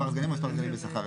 מספר סגנים או סגנים בשכר?